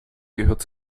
gehört